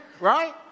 Right